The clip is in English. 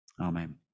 Amen